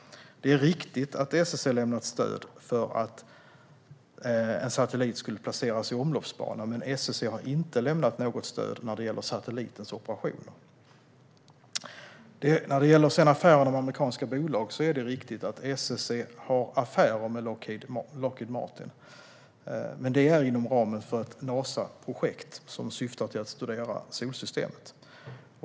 Det är riktigt att SSC lämnat stöd för att en satellit skulle placeras i omloppsbana, men SSC har inte lämnat något stöd när det gäller satellitens operationer. När det gäller affärer med amerikanska bolag är det riktigt att SSC har affärer med Lockheed Martin, men det är inom ramen för ett Nasaprojekt som syftar till att studera solsystemet.